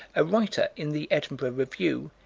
a writer in the edinburgh review,